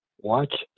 watch